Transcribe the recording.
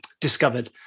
discovered